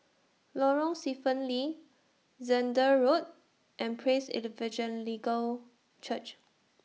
Lorong Stephen Lee Zehnder Road and Praise Evangelical Church